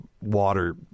water